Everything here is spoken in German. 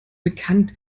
bekannt